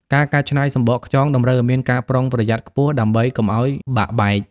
ការកែច្នៃសំបកខ្យងតម្រូវឱ្យមានការប្រុងប្រយ័ត្នខ្ពស់ ដើម្បីកុំឱ្យបាក់បែក។